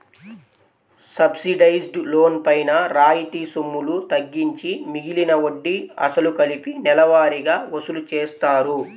subsidised loan పైన రాయితీ సొమ్ములు తగ్గించి మిగిలిన వడ్డీ, అసలు కలిపి నెలవారీగా వసూలు చేస్తారు